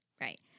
right